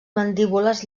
mandíbules